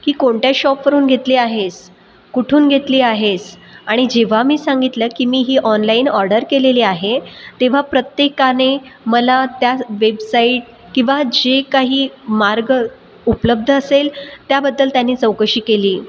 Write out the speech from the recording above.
की कोणत्या शॉपवरून घेतली आहेस कुठून घेतली आहेस आणि जेव्हा मी सांगितलं कि मी ही ऑनलाईन ऑर्डर केलेली आहे तेव्हा प्रत्येकाने मला त्या वेबसाईट किंवा जे काही मार्ग उपलब्ध असेल त्याबद्द्ल त्यांनी चौकशी केली